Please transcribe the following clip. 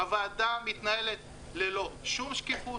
הוועדה מתנהלת בלי שום שקיפות,